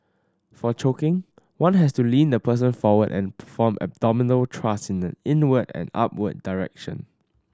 for choking one has to lean the person forward and perform abdominal thrust in an inward and upward direction